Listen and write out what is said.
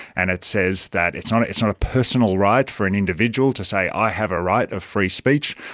and it says that it's not it's not a personal right for an individual to say i have a right of free speech.